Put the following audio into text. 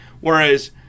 whereas